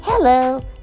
Hello